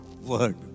word